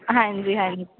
ਹਾਂਜੀ ਹਾਂਜੀ